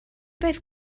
beth